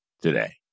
today